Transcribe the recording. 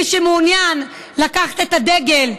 מי שמעוניין לקחת את הדגל,